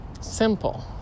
simple